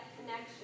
connection